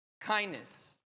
kindness